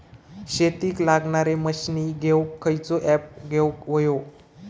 शेतीक लागणारे मशीनी घेवक खयचो ऍप घेवक होयो?